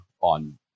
on